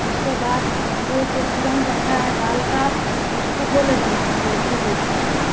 उसके बाद वह जो पूरन रखा है दाल का उसके गोले बनाएंगे छोटे छोटे